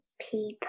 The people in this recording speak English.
people